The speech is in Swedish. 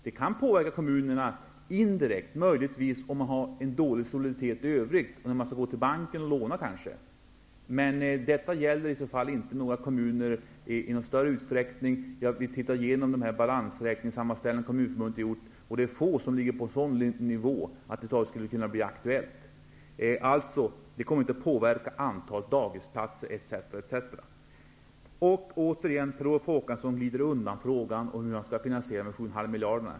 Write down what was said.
Det kan möjligtvis påverka kommunerna indirekt, om de har en dålig soliditet i övrigt, när de skall gå till banken och låna. Men detta gäller i så fall inte i någon större utsträckning. Vi har tittat igenom den balansräkningssammanställning som Kommunförbundet har gjort. Det är få som ligger på en sådan nivå att det över huvud taget skulle kunna bli aktuellt. Detta kommer alltså inte att påverka antalet dagisplatser etc. Återigen glider Per Olof Håkansson undan frågan om hur man skall finansiera de 7,5 miljarderna.